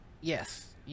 Yes